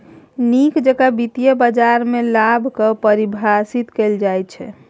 नीक जेकां वित्तीय बाजारमे लाभ कऽ परिभाषित कैल जाइत छै